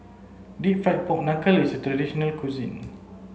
deep fried pork knuckle is a traditional local cuisine